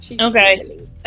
Okay